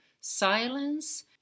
silence